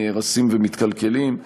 נהרסים ומתקלקלים.